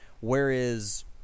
Whereas